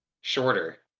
shorter